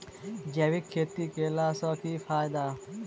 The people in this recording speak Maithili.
जैविक खेती केला सऽ की फायदा?